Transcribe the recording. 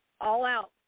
all-out